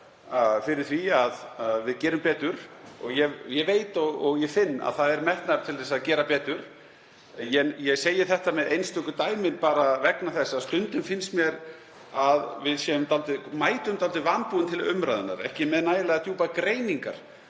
fyrir því að við gerum betur. Ég veit og ég finn að það er metnaður til að gera betur. Ég segi þetta með einstöku dæmin bara vegna þess að stundum finnst mér að við mætum dálítið vanbúin til umræðunnar, ekki með nægilega djúpar greiningar.